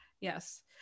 yes